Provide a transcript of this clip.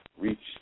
reached